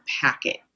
packet